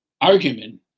argument